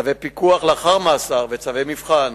צווי פיקוח לאחר מאסר וצווי מבחן.